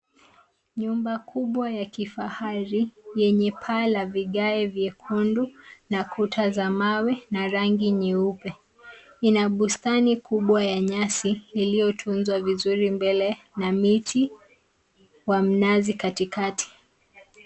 Nyumba kubwa ya kifahari yenye paa la vigae vyekundu na kuta za mawe na rangi nyeupe. Ina bustani kubwa ya nyasi iliyotunzwa vizuri mbele na miti wa mnazi katikati.